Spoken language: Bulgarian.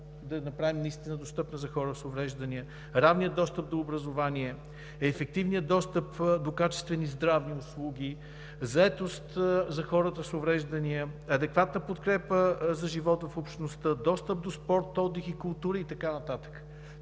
да я направим наистина достъпна за хора с увреждания; равния достъп до образование; ефективния достъп до качествени здравни услуги; заетост за хората с увреждания; адекватна подкрепа за живота в общността; достъп до спорт, отдих и култура и така нататък.